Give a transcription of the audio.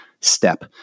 step